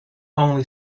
only